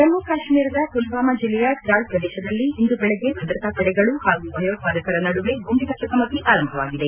ಜಮ್ಮ ಕಾಶ್ಮೀರದ ಪುಲ್ವಾಮ ಜಿಲ್ಲೆಯ ತಾಲ್ ಪ್ರದೇಶದಲ್ಲಿ ಇಂದು ಬೆಳಗ್ಗೆ ಭದ್ರತಾ ಪಡೆಗಳು ಹಾಗೂ ಭಯೋತ್ಪಾದಕರ ನಡುವೆ ಗುಂಡಿನ ಚಕಮಕಿ ಆರಂಭವಾಗಿದೆ